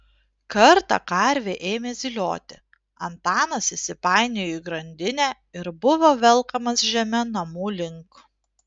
kartą karvė ėmė zylioti antanas įsipainiojo į grandinę ir buvo velkamas žeme namų link